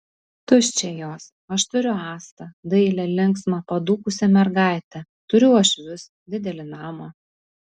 tuščia jos aš turiu astą dailią linksmą padūkusią mergaitę turiu uošvius didelį namą